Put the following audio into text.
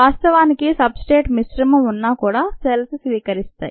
వాస్తవానికి substrate మిశ్రమం ఉన్నా కూడా సెల్స్ స్వీకరిస్తాయి